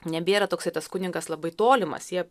nebėra toksai tas kunigas labai tolimas jie